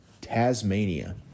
Tasmania